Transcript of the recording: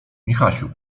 michasiu